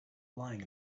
lying